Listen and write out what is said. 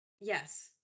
Yes